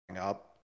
up